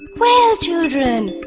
well children,